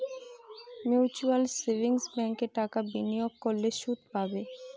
mutual savings ব্যাঙ্কে টাকা বিনিয়োগ করলে সুদ পাবে